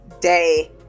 day